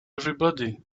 everybody